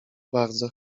bardzo